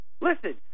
Listen